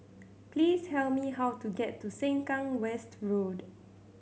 please tell me how to get to Sengkang West Road